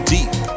Deep